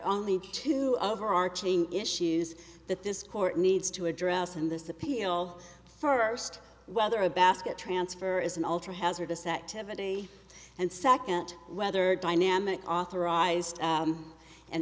are two overarching issues that this court needs to address in this appeal first whether a basket transfer is an ultra hazardous activity and second whether dynamic authorized